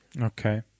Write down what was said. Okay